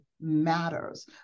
matters